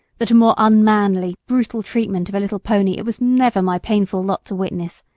that a more unmanly, brutal treatment of a little pony it was never my painful lot to witness,